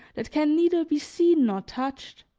that can neither be seen nor touched?